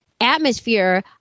atmosphere